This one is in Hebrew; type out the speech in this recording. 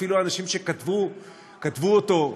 אפילו האנשים שכתבו אותו,